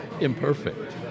imperfect